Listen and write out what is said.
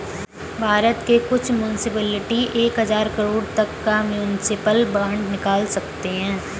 भारत के कुछ मुन्सिपलिटी एक हज़ार करोड़ तक का म्युनिसिपल बांड निकाल सकते हैं